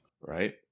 Right